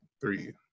three